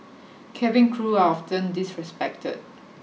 cabin crew are often disrespected